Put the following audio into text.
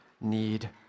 need